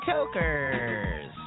Tokers